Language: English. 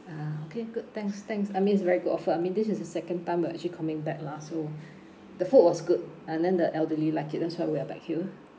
ah okay good thanks thanks I mean it's very good offer I mean this is the second time we're actually coming back lah so the food was good and then the elderly like it that's why we are back here